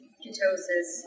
ketosis